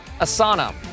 Asana